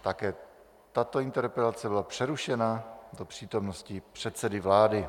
Také tato interpelace byla přerušena do přítomnosti předsedy vlády.